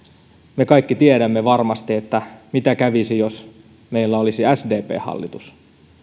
me kaikki tiedämme varmasti mitä kävisi jos meillä olisi sdp hallitus